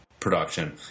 Production